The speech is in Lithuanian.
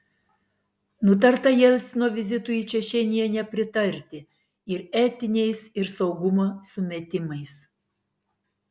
nutarta jelcino vizitui į čečėniją nepritarti ir etiniais ir saugumo sumetimais